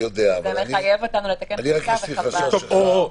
זה מחייב אותנו לתקן חקיקה וחבל.